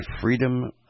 Freedom